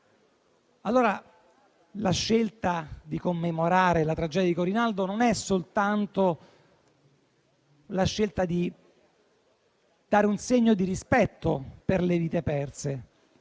La scelta di commemorare la tragedia di Corinaldo non è soltanto la scelta di manifestare un segno di rispetto per le vite perse,